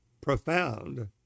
profound